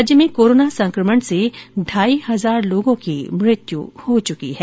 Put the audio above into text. राज्य में कोरोना संकमण से ढाई हजार लोगों की मृत्यु हो चुकी है